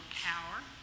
power